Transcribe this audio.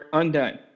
undone